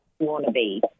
wannabe